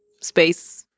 space